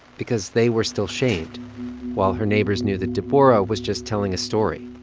because they were still shamed while her neighbors knew that deborah was just telling a story